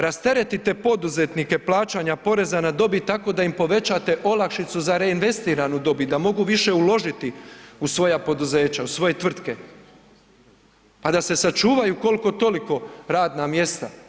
Rasteretite poduzetnike plaćanja poreza na dobit tako da im povećate olakšicu za reinvestiranu dobit, da mogu više uložiti u svoja poduzeća u svoje tvrtke, pa da se sačuvaju koliko toliko radna mjesta.